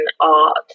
art